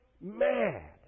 mad